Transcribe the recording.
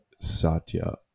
Satya